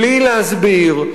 בלי להסביר,